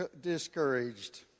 discouraged